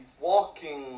walking